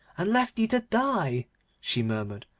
and left thee to die she murmured,